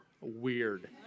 weird